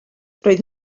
roedd